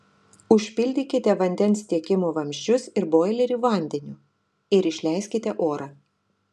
užpildykite vandens tiekimo vamzdžius ir boilerį vandeniu ir išleiskite orą